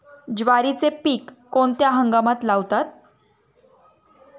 ज्वारीचे पीक कोणत्या हंगामात लावतात?